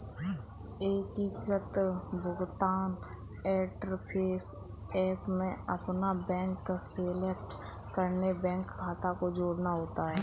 एकीकृत भुगतान interface app में अपना बैंक सेलेक्ट करके बैंक खाते को जोड़ना होता है